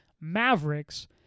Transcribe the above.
Mavericks